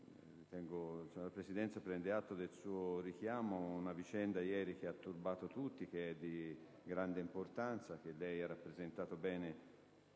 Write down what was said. la Presidenza prende atto del suo richiamo ad una vicenda di ieri che ha turbato tutti e che è di grande importanza, che lei ha bene rappresentato nei